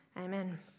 Amen